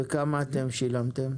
וכמה אתם שילמתם?